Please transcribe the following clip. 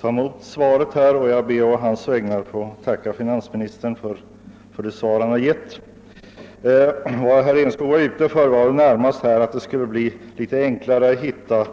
ta emot finansministerns svar, och jag ber att å hans vägnar få tacka för svaret. Vad herr Enskog var ute efter var närmast att det skulle bli litet enklare att hitta